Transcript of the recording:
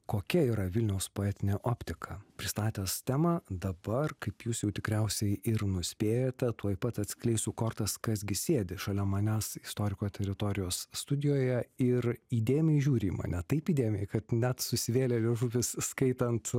kokia yra vilniaus poetinė optika pristatęs temą dabar kaip jūs jau tikriausiai ir nuspėjote tuoj pat atskleisiu kortas kas gi sėdi šalia manęs istoriko teritorijos studijoje ir įdėmiai žiūri į mane taip įdėmiai kad net susivėlė liežuvis skaitant